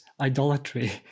idolatry